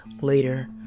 later